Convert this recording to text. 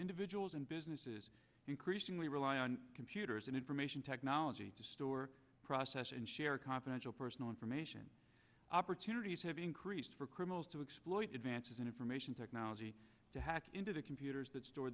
individuals and businesses increasingly rely on computers and information technology to store process and share confidential personal information opportunities have increased for criminals to exploit advances in information technology to hack into the computers that store